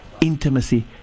intimacy